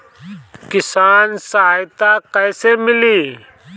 किसान सहायता कईसे मिली?